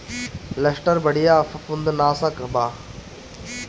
Luster बढ़िया फंफूदनाशक बा